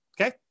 Okay